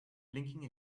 blinking